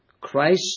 Christ